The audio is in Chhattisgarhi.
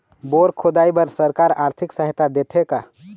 बोर खोदाई बर सरकार आरथिक सहायता देथे का?